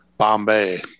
Bombay